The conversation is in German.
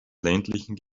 ländlichen